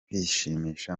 kwishimisha